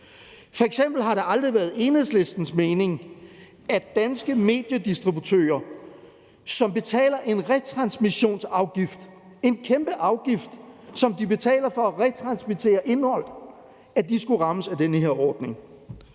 F.eks. har det aldrig været Enhedslistens mening, at danske mediedistributører, som betaler en retransmissionsafgift – en kæmpe afgift, som de betaler for at retransmittere indhold – skulle rammes af den her ordning.